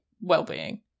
well-being